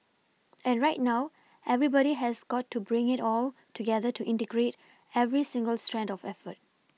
and right now everybody has got to bring it all together to integrate every single strand of effort